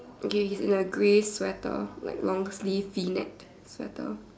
okay he's in a grey sweater like long sleeved V necked sweater